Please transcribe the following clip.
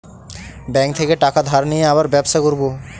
bank থেকে টাকা ধার নিয়ে আবার ব্যবসা করবো